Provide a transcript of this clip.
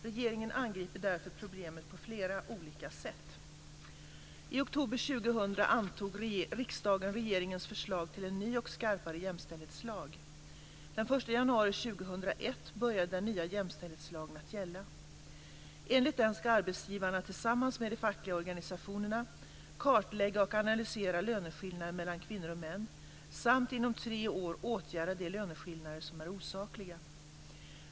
Regeringen angriper därför problemet på flera olika sätt. januari 2001 började den nya jämställdhetslagen att gälla. Enligt den ska arbetsgivarna tillsammans med de fackliga organisationerna kartlägga och analysera löneskillnader mellan kvinnor och män samt inom tre år åtgärda de löneskillnader som är osakliga.